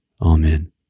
Amen